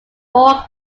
four